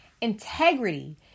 Integrity